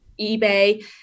eBay